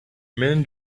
men